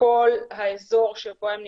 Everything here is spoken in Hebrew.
בכל האזור שבו הם נמצאים.